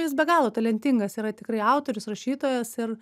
jis be galo talentingas yra tikrai autorius rašytojas ir